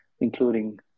including